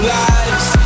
lives